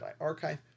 Archive